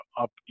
up